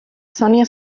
sònia